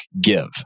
Give